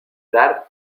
dar